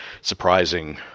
surprising